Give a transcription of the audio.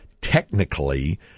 technically